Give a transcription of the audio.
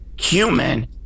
human